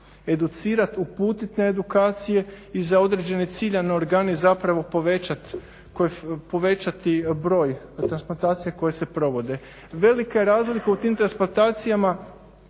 educirati, uputiti na edukacije i za određene ciljane organe zapravo povećati broj transplantacija koje se provode. Velika je razlika u tim transplantacijama,